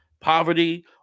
poverty